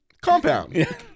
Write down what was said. Compound